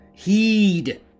Heed